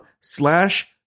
slash